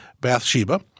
Bathsheba